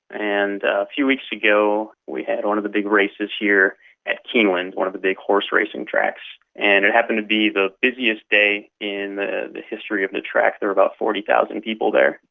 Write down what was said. and a few weeks ago we had one of the big races here at keeneland, one of the big horseracing tracks, and it happens to be the busiest day in the the history of the track, there were about forty thousand people there.